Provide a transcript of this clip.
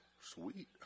Sweet